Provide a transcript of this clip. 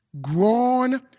grown